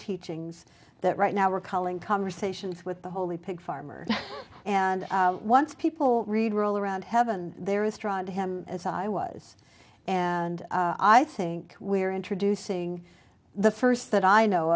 teachings that right now we're calling conversations with the holy pig farmer and once people read roll around heaven there is drawn to him as i was and i think we're introducing the first that i know